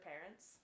parents